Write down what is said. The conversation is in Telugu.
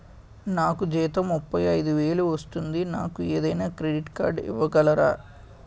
నాకు జీతం ముప్పై ఐదు వేలు వస్తుంది నాకు ఏదైనా క్రెడిట్ కార్డ్ ఇవ్వగలరా?